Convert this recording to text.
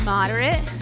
Moderate